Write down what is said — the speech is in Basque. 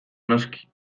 noski